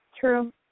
True